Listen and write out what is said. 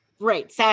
Right